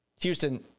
Houston